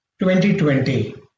2020